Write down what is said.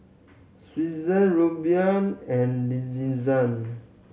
Srinivasa Renu and Nadesan